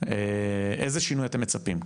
איזה שינוי אתם מצפים?